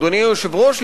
אדוני היושב-ראש,